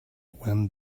when